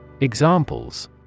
Examples